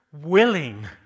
willing